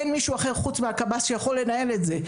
אין מישהו אחר חוץ מהקב"ס שיכול לנהל את זה.